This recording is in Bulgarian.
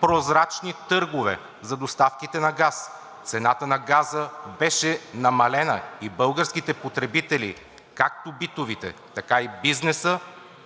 прозрачни търгове за доставки на газ. Цената на газа беше намалена и българските потребители, както битовите, така и бизнесът,